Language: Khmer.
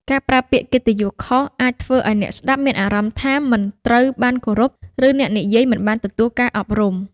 ការប្រើពាក្យកិត្តិយសខុស អាចធ្វើឱ្យអ្នកស្ដាប់មានអារម្មណ៍ថាមិនត្រូវបានគោរព ឬអ្នកនិយាយមិនបានទទួលការអប់រំ។